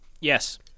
Yes